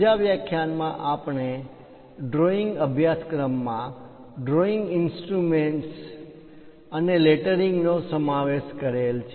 બીજા વ્યાખ્યાનમાં આપણે ડ્રોઇંગ અભ્યાસક્રમમાં ડ્રોઇંગ ઇન્સ્ટ્રુમેન્ટ્સ ડ્રોઈંગ દોરવા ના સાઘનો અને લેટરીંગ નો અક્ષર દોરવાની રીત સમાવેશ કરેલ છે